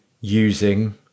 using